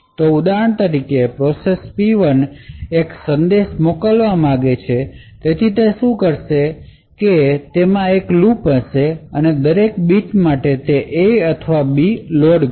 તો ઉદાહરણ તરીકે પ્રોસેસ P1 એક સંદેશ મોકલવા માંગે છે જેથી તે શું કરશે તે તે છે કે તેમાં લૂપ હશે અને તેના દરેક બીટ માટે તે A અથવા B લોડ કરશે